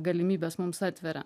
galimybes mums atveria